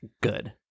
good